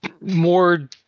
more